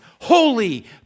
holy